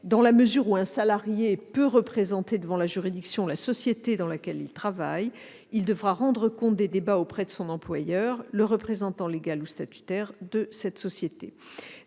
Dans la mesure où un salarié peut représenter devant la juridiction la société dans laquelle il travaille, il devra rendre compte des débats auprès de son employeur, du représentant légal ou statutaire de cette société.